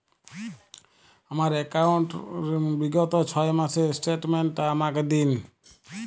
আমার অ্যাকাউন্ট র বিগত ছয় মাসের স্টেটমেন্ট টা আমাকে দিন?